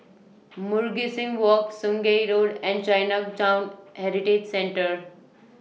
Mugliston Walk Sungei Road and Chinatown Heritage Centre